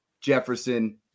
Jefferson